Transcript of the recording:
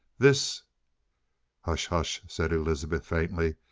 this hush, hush! said elizabeth faintly.